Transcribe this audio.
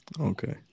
okay